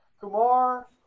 kumar